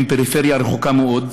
הם פריפריה רחוקה מאוד.